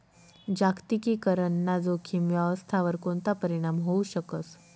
जागतिकीकरण ना जोखीम व्यवस्थावर कोणता परीणाम व्हवू शकस